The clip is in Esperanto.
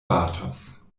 batos